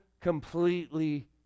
completely